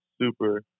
super